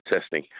testing